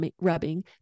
rubbing